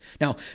Now